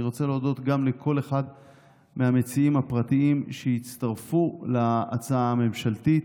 אני רוצה להודות גם לכל אחד מהמציעים הפרטיים שהצטרפו להצעה הממשלתית,